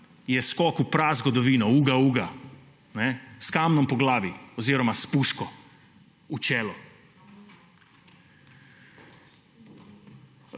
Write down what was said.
je skok v prazgodovino. »Uga, uga!« S kamnom po glavi. Oziroma s puško v čelo.